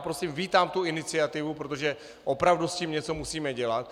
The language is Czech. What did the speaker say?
Prosím, vítám tu iniciativu, protože opravdu s tím něco musíme dělat.